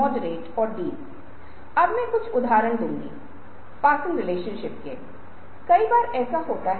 आज के डिजिटल युग में हम चरित्र बना सकते हैं जिसे कंप्यूटर भाषा में अवतार के रूप में जाना जाता है जो मनुष्य के साथ बातचीत कर सकता है